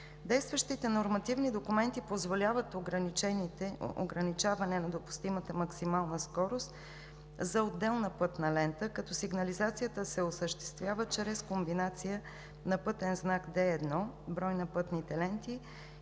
Действащите нормативни документи позволяват ограничаване на допустимата максимална скорост за отделна пътна лента като сигнализацията се осъществява чрез комбинация на пътен знак Д 1 – „Брой на пътните ленти